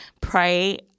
pray